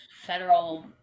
federal